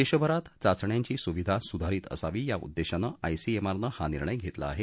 देशभरात चाचण्याची सुविधा सुधारित असावी या उद्देशानं आयसीएमनुआर नं निर्णय घेतला आहे